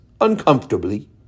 uncomfortably